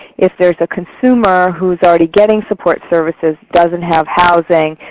if there's a consumer who is already getting support services doesn't have housing,